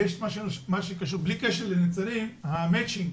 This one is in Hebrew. כי בלי קשר לניצנים, יש בעיה של המצ'ינג.